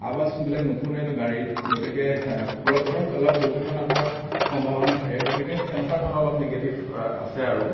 আৱাজবিলাক নুশুনেনো গাড়ীৰ গতিকে ফলত ধৰক অলপ দুৰ্ঘটনা হোৱাৰ সম্ভাৱনা থাকে গতিকে তেনেকুৱা ধৰণৰ অলপ নিগেটিভ আছে আৰু